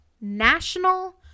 National